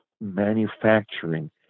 manufacturing